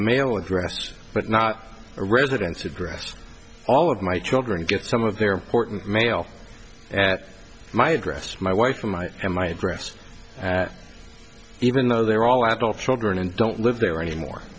mail address but not a residence address all of my children get some of their important mail at my address my wife from my and my address even though they're all adult children and don't live there anymore